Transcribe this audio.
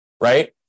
right